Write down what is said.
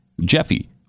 Jeffy